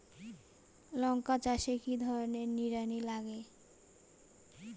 লঙ্কা চাষে কি ধরনের নিড়ানি লাগে?